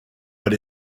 but